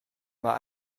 mae